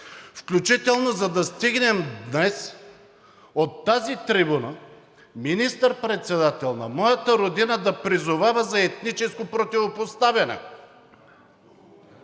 включително, за да стигнем днес от тази трибуна министър-председателят на моята Родина да призовава за етническо противопоставяне.